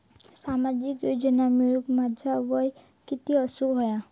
सामाजिक योजना मिळवूक माझा वय किती असूक व्हया?